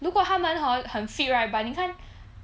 如果他们 hor 很 fit right but 你看